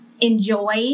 enjoy